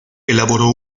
elaboró